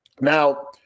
now